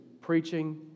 preaching